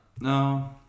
No